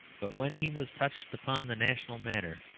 but when he was touched upon the national matter,